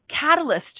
catalyst